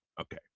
okay